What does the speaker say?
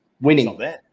Winning